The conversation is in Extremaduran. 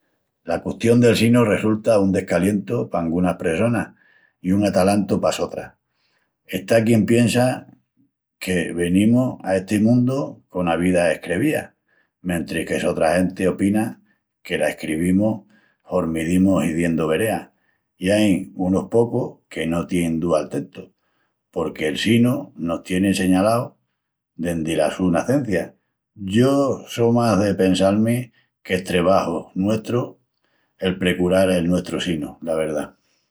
La custión del sinu resulta un descalientu pa angunas pressonas i un atalantu pa sotras. Está quien piensa que venimus a esti mundu cona vida escrevía, mentris que sotra genti opina que la escrevimus hormi dimus hiziendu verea. I ain unus pocus que no tienin dúa al tentu, porque el sinu los tieni enseñalaus dendi la su nacencia. Yo só más de pensal-mi qu'es trebaju nuestru el precural el nuestru sinu, la verdá.